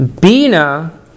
Bina